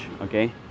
okay